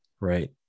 Right